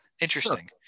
interesting